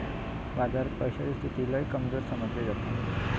बाजारात पैशाची स्थिती लय कमजोर समजली जाता